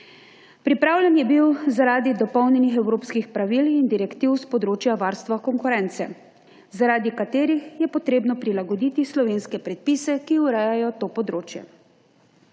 Pripravljen je bil zaradi dopolnjenih evropskih pravil in direktiv s področja varstva konkurence, zaradi katerih je potrebno prilagoditi slovenske predpise, ki urejajo to področje.